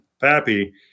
pappy